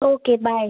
okay bye